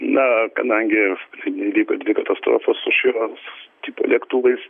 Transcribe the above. na kadangi įvyko dvi katastrofos su šito tipo lėktuvais